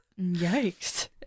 Yikes